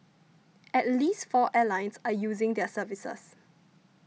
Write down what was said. at least four airlines are using their services